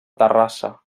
terrassa